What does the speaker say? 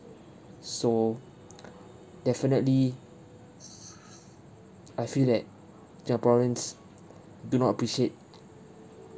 so definitely I feel that singaporeans do not appreciate